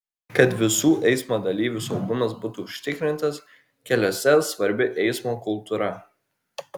kad visų eismo dalyvių saugumas būtų užtikrintas keliuose svarbi eismo kultūra